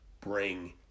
bring